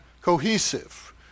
cohesive